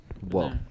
Whoa